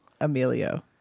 Emilio